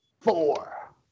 four